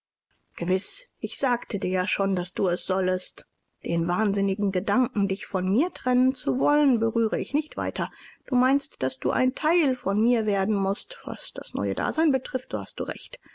gewiß ich sagte dir ja schon daß du es sollest den wahnsinnigen gedanken dich von mir trennen zu wollen berühre ich nicht weiter du meinst daß du ein teil von mir werden mußt was das neue dasein betrifft so hast du recht